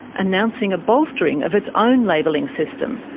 announcing a bolstering of its own labelling system,